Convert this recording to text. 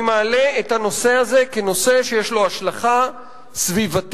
אני מעלה את הנושא הזה כנושא שיש לו השלכה סביבתית,